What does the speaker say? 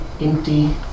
empty